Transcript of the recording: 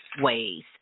ways